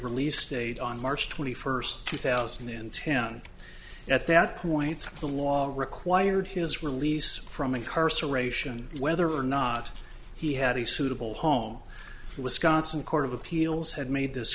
release date on march twenty first two thousand and ten at that point the law required his release from incarceration whether or not he had a suitable home wisconsin court of appeals had made this